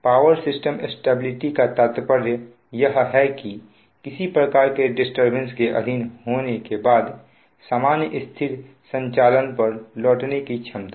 power system stability का तात्पर्य यह है कि किसी प्रकार की डिस्टरबेंस के अधीन होने के बाद सामान्य स्थिर संचालन पर लौटने की क्षमता